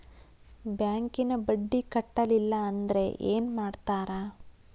ಬ್ಯಾಂಕಿನ ಬಡ್ಡಿ ಕಟ್ಟಲಿಲ್ಲ ಅಂದ್ರೆ ಏನ್ ಮಾಡ್ತಾರ?